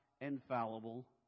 infallible